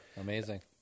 amazing